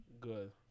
Good